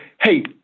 hey